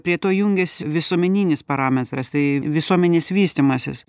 prie to jungias visuomeninis parametras tai visuomenės vystymasis